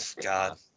God